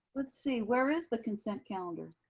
let's see. where is the consent calendar?